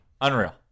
Unreal